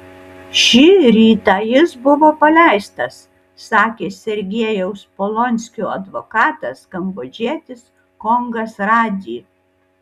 šį rytą jis buvo paleistas sakė sergejaus polonskio advokatas kambodžietis kongas rady